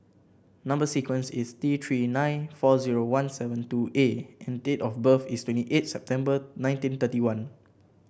number sequence is T Three nine four zero one seven two A and date of birth is twenty eight September nineteen thirty one